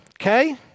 okay